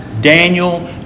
Daniel